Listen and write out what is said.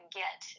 get